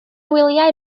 wyliau